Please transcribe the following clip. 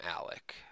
Alec